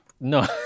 No